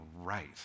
right